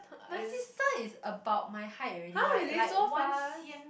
my sister is about my height already like like one c_m